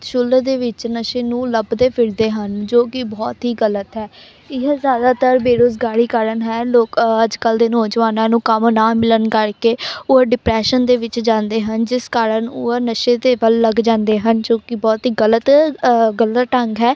ਸ਼ੁਲ ਦੇ ਵਿੱਚ ਨਸ਼ੇ ਨੂੰ ਲੱਭਦੇ ਫਿਰਦੇ ਹਨ ਜੋ ਕਿ ਬਹੁਤ ਹੀ ਗਲਤ ਹੈ ਇਹ ਜ਼ਿਆਦਾਤਰ ਬੇਰੁਜ਼ਗਾਰੀ ਕਾਰਨ ਹੈ ਲੋਕ ਅੱਜ ਕੱਲ੍ਹ ਦੇ ਨੌਜਵਾਨਾਂ ਨੂੰ ਕੰਮ ਨਾ ਮਿਲਣ ਕਰਕੇ ਉਹ ਡਿਪਰੈਸ਼ਨ ਦੇ ਵਿੱਚ ਜਾਂਦੇ ਹਨ ਜਿਸ ਕਾਰਨ ਉਹ ਨਸ਼ੇ ਦੇ ਵੱਲ ਲੱਗ ਜਾਂਦੇ ਹਨ ਜੋ ਕਿ ਬਹੁਤ ਹੀ ਗਲਤ ਗਲਤ ਢੰਗ ਹੈ